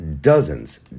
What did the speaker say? dozens